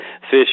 fish